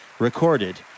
recorded